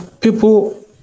people